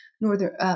northern